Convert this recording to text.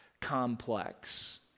complex